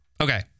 Okay